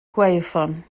gwaywffon